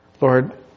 Lord